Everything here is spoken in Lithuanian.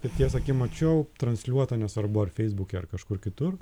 paties akim mačiau transliuota nesvarbu ar feisbuke ar kažkur kitur